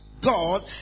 god